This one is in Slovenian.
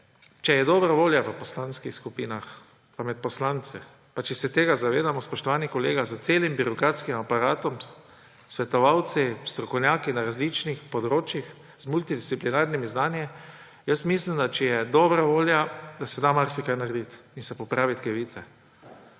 Če je dobra volja v poslanskih skupinah in med poslanci in če se tega zavedamo, spoštovani kolega, s celim birokratskim aparatom, svetovalci, strokovnjaki na različnih področjih z multidisciplinarnimi znanji, jaz mislim, če je dobra volja, da se da marsikaj narediti in popraviti krivice.